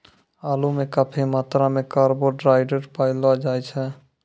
आलू म काफी मात्रा म कार्बोहाइड्रेट पयलो जाय छै